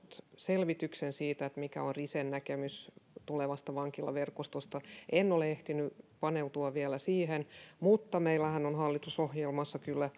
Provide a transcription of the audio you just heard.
selvityksen siitä mikä on risen näkemys tulevasta vankilaverkostosta en ole ehtinyt paneutua vielä siihen mutta meillähän on hallitusohjelmassa kyllä